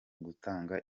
gutanga